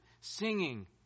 singing